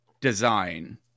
design